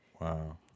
Wow